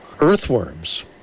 earthworms